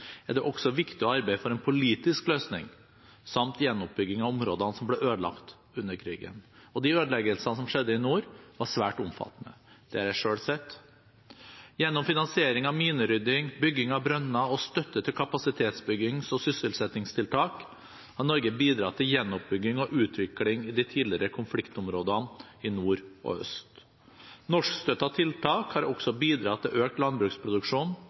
er det også viktig å arbeide for en politisk løsning og for gjenoppbygging av områdene som ble ødelagt under krigen. De ødeleggelsene som skjedde i nord, var svært omfattende. Det har jeg selv sett. Gjennom finansiering av minerydding, bygging av brønner og støtte til kapasitetsbyggings- og sysselsettingstiltak har Norge bidratt til gjenoppbygging og utvikling i de tidligere konfliktområdene i nord og øst. Norskstøttede tiltak har også bidratt til økt landbruksproduksjon,